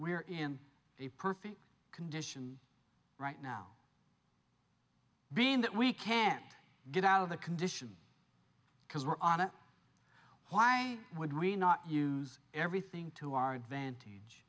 we're in a perfect condition right now being that we can't get out of the condition because we're at it why would we not use everything to our advantage